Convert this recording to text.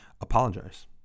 apologize